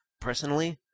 personally